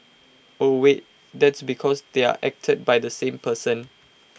oh wait that's because they're acted by the same person